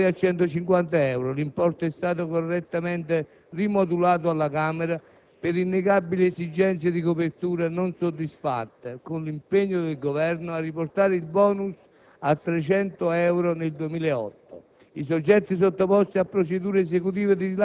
quale rimborso per il 2007, pari a 150 euro. L'importo è stato correttamente rimodulato alla Camera per innegabili esigenze di copertura non soddisfatte, con l'impegno del Governo a riportare il *bonus* a 300 euro nel 2008.